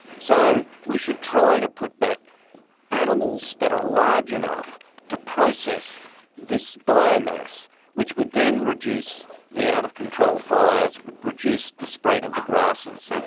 so we should try to put back animals that are large enough to process this biomass which would then reduce the out-of-control fires, would reduce the spread of the grasses,